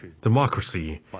democracy